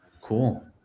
Cool